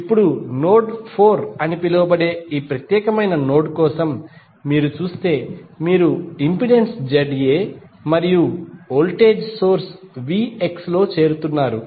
ఇప్పుడు నోడ్ 4 అని పిలువబడే ఈ ప్రత్యేకమైన నోడ్ కోసం మీరు చూస్తే మీరు ఇంపెడెన్స్ ZA మరియు వోల్టేజ్ సోర్స్ VX లో చేర్చుతున్నారు